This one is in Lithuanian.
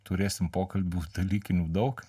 turėsim pokalbių dalykinių daug